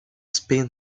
spin